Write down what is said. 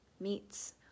meats